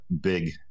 big